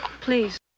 please